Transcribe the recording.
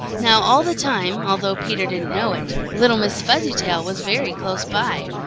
now all the time, although peter didn't know it, little miss fuzzytail was very close by.